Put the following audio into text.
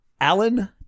Alan